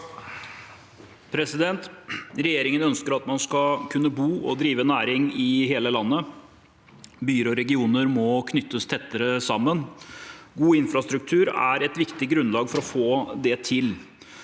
Regjeringen ønsker at man skal kunne bo og drive næring i hele landet. Byer og regioner må knyttes tettere sammen. God infrastruktur er et viktig grunnlag for å få det til.